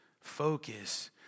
focus